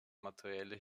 materielle